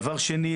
דבר שני,